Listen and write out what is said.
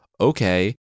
okay